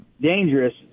dangerous